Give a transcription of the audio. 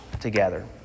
together